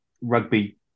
rugby